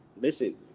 listen